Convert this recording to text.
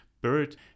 bird